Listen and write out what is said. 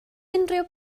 unrhyw